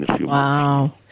Wow